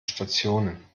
stationen